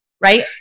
Right